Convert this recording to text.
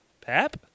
Pap